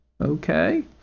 okay